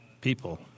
people